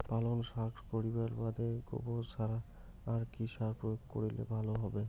পালং শাক করিবার বাদে গোবর ছাড়া আর কি সার প্রয়োগ করিলে ভালো হবে?